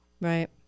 Right